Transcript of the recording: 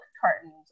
cartons